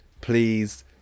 please